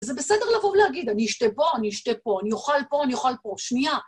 אז זה בסדר לבוא ולהגיד, אני אשתה פה, אני אשתה פה, אני אוכל פה, אני אוכל פה, שנייה.